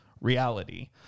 reality